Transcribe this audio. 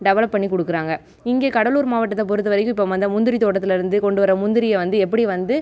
develop பண்ணி கொடுக்குறாங்க இங்கே கடலூர் மாவட்டத்தை பொறுத்த வரைக்கும் இப்போ முந்திரி தோட்டத்தில் இருந்து கொண்டு வர முந்திரியை வந்து எப்படி வந்து